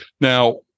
Now